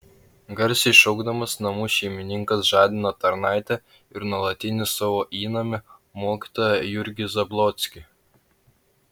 garsiai šaukdamas namų šeimininkas žadino tarnaitę ir nuolatinį savo įnamį mokytoją jurgį zablockį